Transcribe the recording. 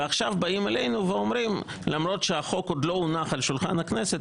ועכשיו באים אלינו ואומרים: למרות שהחוק עוד לא הונח על שולחן הכנסת,